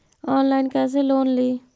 Online कैसे loan ली?